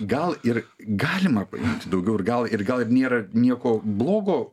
gal ir galima paimti daugiau ir gal ir gal ir nėra nieko blogo